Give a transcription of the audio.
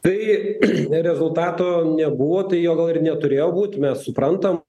tai rezultato nebuvo tai jo gal ir neturėjo būt mes suprantam